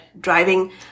driving